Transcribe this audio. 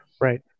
right